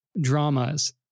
dramas